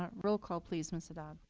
um roll call, please ms adad.